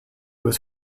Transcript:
was